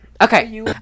Okay